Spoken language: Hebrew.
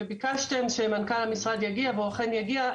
וביקשתם שמנכ"ל המשרד יגיע והוא אכן יגיע,